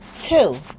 Two